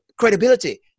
credibility